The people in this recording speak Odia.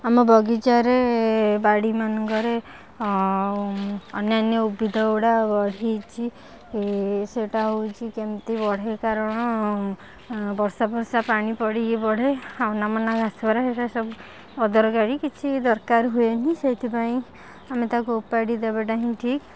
ଆମ ବଗିଚାରେ ବାଡ଼ି ମାନଙ୍କରେ ଆଉ ଅନ୍ୟାନ୍ୟ ଉଦ୍ଭିଦ ଗୁଡ଼ା ହେଇଛି ସେଇଟା ହେଉଛି କେମିତି ବଢ଼େ କାରଣ ବର୍ଷା ଫର୍ଷା ପାଣି ପଡ଼ିକି ବଢ଼େ ଆଉ ଅନାବନା ଘାସ ଗୁରା ସେଇରା ସବୁ ଅଦରକାରୀ କିଛି ଦରକାର ହୁଏନି ସେଇଥିପାଇଁ ଆମେ ତାକୁ ଉପାଡ଼ି ଦେବାଟା ହିଁ ଠିକ୍